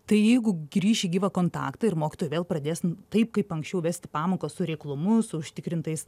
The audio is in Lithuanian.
tai jeigu grįš į gyvą kontaktą ir mokytojai vėl pradės taip kaip anksčiau vesti pamokas su reiklumu su užtikrintais